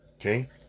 Okay